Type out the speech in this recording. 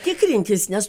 tikrintis nes